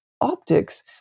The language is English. Optics